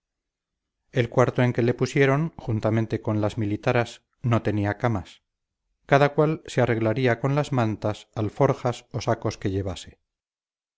el cuarto en que le pusieron juntamente con las militaras no tenía camas cada cual se arreglaría con las mantas alforjas o sacos que llevase